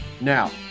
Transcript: Now